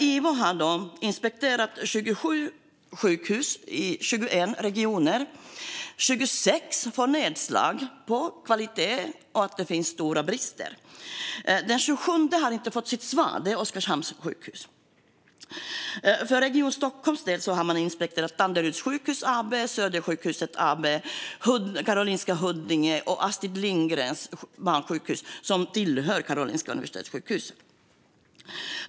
Ivo har inspekterat 27 sjukhus i 21 regioner. Av dem får 26 nedslag i fråga om kvalitet och att det finns stora brister. Det 27:e har inte fått sitt svar. Det är Oskarshamns sjukhus. För Region Stockholms del har man inspekterat Danderyds sjukhus AB, Södersjukhuset AB, Karolinska Huddinge och Astrid Lindgrens barnsjukhus som tillhör Karolinska Universitetssjukhuset.